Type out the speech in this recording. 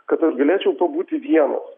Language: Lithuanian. kad aš galėčiau pabūti vienas